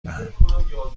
دهم